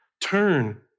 Turn